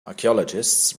archaeologists